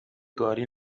گاری